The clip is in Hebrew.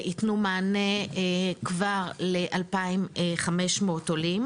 שיתנו מענה כבר ל-2500 עולים.